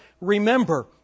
Remember